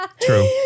True